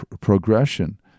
progression